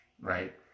right